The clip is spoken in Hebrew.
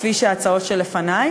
כמו ההצעות שלפני,